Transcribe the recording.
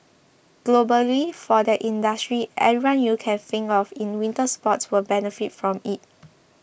globally for that industry everyone you can think of in winter sports will benefit from it